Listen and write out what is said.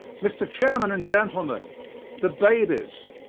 mr. chairman and gentlemen the babies.